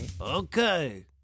Okay